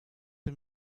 the